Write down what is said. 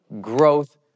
growth